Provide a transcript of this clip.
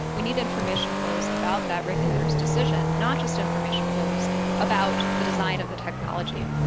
we need information flows about that regulators decision, not just information flows about the design of the technology.